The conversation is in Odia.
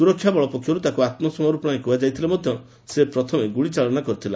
ସୁରକ୍ଷାବଳ ପକ୍ଷରୁ ତାକୁ ଆତ୍କସମର୍ପଣ ପାଇଁ କୁହାଯାଇଥିଲେ ମଧ୍ୟ ସେ ପ୍ରଥମେ ଗୁଳି ଚାଳନା କରିଥିଲା